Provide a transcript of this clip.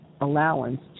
allowance